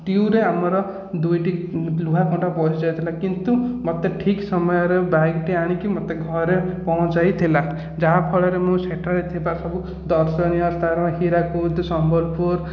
ଟ୍ୟୁବରେ ଆମର ଦୁଇଟି ଲୁହାକଣ୍ଟା ପଶିଯାଇଥିଲା କିନ୍ତୁ ମୋତେ ଠିକ ସମୟରେ ବାଇକ୍ଟି ଆଣିକି ମୋତେ ଘରେ ପହଞ୍ଚାଇଥିଲା ଯାହା ଫଳରେ ମୁଁ ସେଠାରେ ଥିବା ସବୁ ଦର୍ଶନୀୟ ସ୍ଥାନ ହୀରାକୁଦ ସମ୍ବଲପୁର